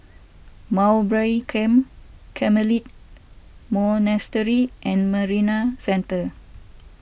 Mowbray Camp Carmelite Monastery and Marina Centre